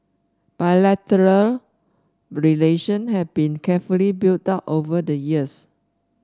bilateral relation had been carefully built up over the years